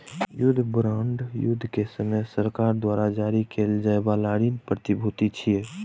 युद्ध बांड युद्ध के समय सरकार द्वारा जारी कैल जाइ बला ऋण प्रतिभूति छियै